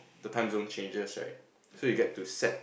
the time zone changes right so you get to set